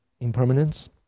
Impermanence